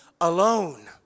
alone